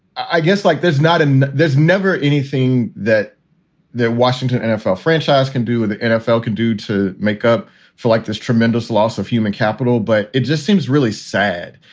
i guess, like there's not and there's never anything that the washington nfl franchise can do with the nfl can do to make up for like this tremendous loss of human capital. but it just seems really sad,